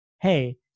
Hey